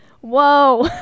whoa